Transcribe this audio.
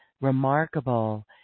remarkable